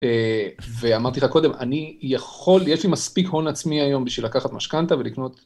ואמרתי לך קודם, אני יכול, יש לי מספיק הון עצמי היום בשביל לקחת משכנתא ולקנות.